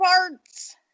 parts